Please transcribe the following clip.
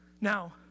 Now